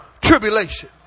tribulation